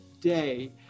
day